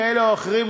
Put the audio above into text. כאלה או אחרים,